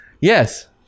yes